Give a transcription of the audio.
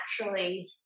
naturally